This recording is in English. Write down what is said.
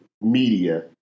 media